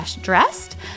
dressed